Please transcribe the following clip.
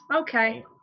Okay